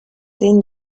den